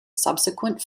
subsequent